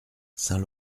saint